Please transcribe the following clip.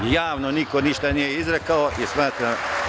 Javno niko ništa nije izrekao i smatram…